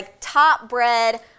top-bred